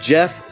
Jeff